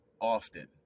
often